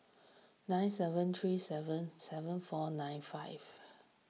nine seven three seven seven four nine five